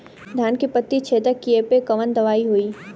धान के पत्ती छेदक कियेपे कवन दवाई होई?